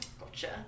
Gotcha